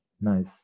nice